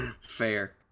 Fair